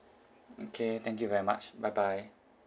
okay thank you very much bye bye